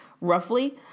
roughly